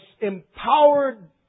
empowered